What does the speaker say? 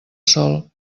sòl